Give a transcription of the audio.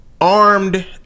Armed